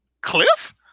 Cliff